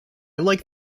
like